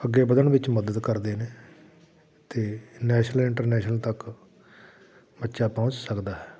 ਅੱਗੇ ਵਧਣ ਵਿੱਚ ਮਦਦ ਕਰਦੇ ਨੇ ਅਤੇ ਨੈਸ਼ਨਲ ਇੰਟਰਨੈਸ਼ਨਲ ਤੱਕ ਬੱਚਾ ਪਹੁੰਚ ਸਕਦਾ ਹੈ